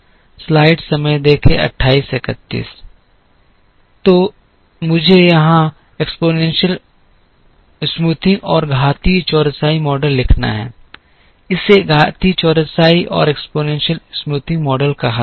तो मुझे यहाँ घातीय चौरसाई मॉडल लिखना है इसे घातीय चौरसाई मॉडल कहा जाता है